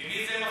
למי זה מפריע?